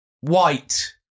white